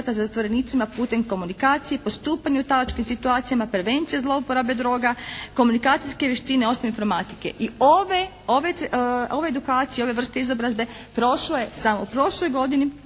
zatvorenicima putem komunikacije, postupanje u … situacijama, prevencija zlouporabe droga, komunikacijske vještine osnovne informatike i ove edukacije, ove vrste izobrazbe prošlo je samo u prošloj godini